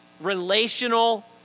relational